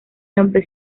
nombre